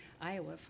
Iowa